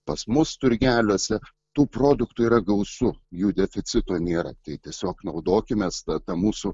pas mus turgeliuose tų produktų yra gausu jų deficito nėra tai tiesiog naudokimės ta ta mūsų